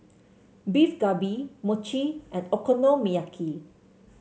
Beef Galbi Mochi and Okonomiyaki